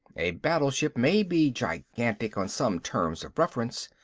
a battleship may be gigantic on some terms of reference,